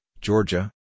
Georgia